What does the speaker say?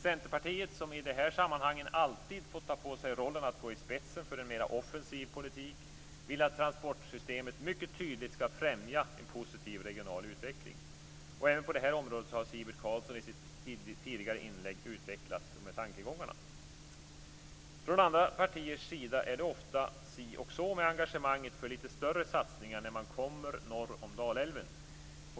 Centerpartiet, som i de här sammanhangen alltid fått ta på sig rollen att gå i spetsen för en mer offensiv politik, vill att transportsystemet mycket tydligt skall främja en positiv regional utveckling. Även på det här området har Sivert Carlsson i sitt tidigare inlägg utvecklat tankegångarna. Från andra partiers sida är det ofta si och så med engagemanget för litet större satsningar när man kommer norr om Dalälven.